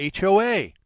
HOA